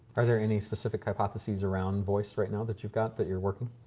are there any specific hypotheses around voice right now that you've got that you're working,